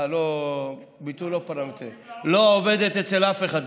לא עובדת אצל אף אחד,